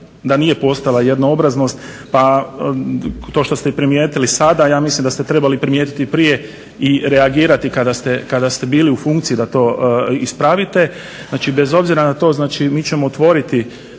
da nije postojala jednoobraznost, pa to što ste primijetili sada ja mislim da ste trebali primijetiti i prije i reagirati kada ste bili u funkciji da to ispravite. Znači bez obzira na to, znači mi ćemo otvoriti